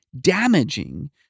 damaging